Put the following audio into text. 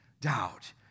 doubt